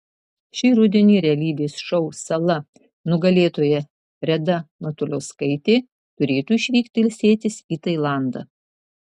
šį rudenį realybės šou sala nugalėtoja reda matuliauskaitė turėtų išvykti ilsėtis į tailandą